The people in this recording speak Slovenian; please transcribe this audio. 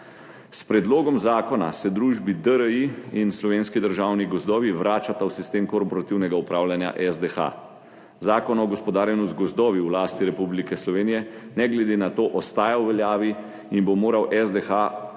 S predlogom zakona se družbi DRI in Slovenski državni gozdovi vračata v sistem korporativnega upravljanja SDH. Zakon o gospodarjenju z gozdovi v lasti Republike Slovenije ne glede na to ostaja v veljavi in bo moral SDH